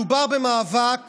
מדובר במאבק